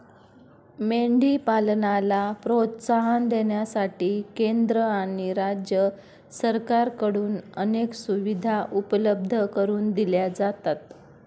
मेंढी पालनाला प्रोत्साहन देण्यासाठी केंद्र आणि राज्य सरकारकडून अनेक सुविधा उपलब्ध करून दिल्या जातात